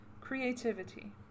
Creativity